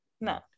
No